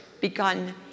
begun